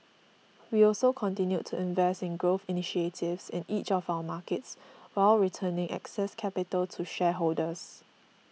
we also continued to invest in growth initiatives in each of our markets while returning excess capital to shareholders